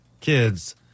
kids